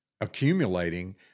accumulating